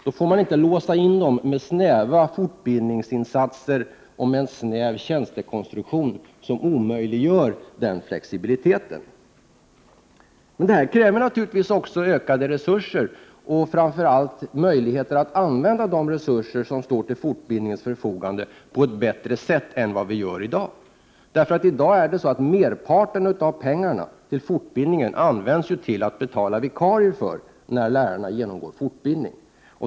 Då får man inte låsa in dem med snäva fortbildningsinsatser och med en snäv tjänstekonstruktion som omöjliggör den flexibiliteten. Detta kräver naturligtvis ökade resurser och framför allt möjligheter att använda de resurser som står till fortbildningens förfogande på ett bättre sätt än vi gör i dag. I dag används merparten av pengarna för fortbildning till att betala vikarier när lärarna genomgår fortbildning.